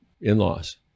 in-laws